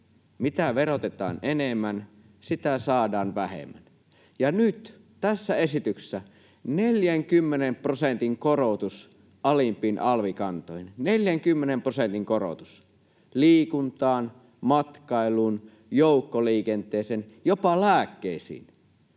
mitä verotetaan enemmän, sitä saadaan vähemmän. Ja nyt tässä esityksessä tulee 40 prosentin korotus alimpiin alvikantoihin, 40 prosentin korotus liikuntaan, matkailuun, joukkoliikenteeseen, jopa lääkkeisiin.